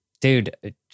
dude